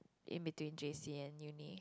in between J_C and uni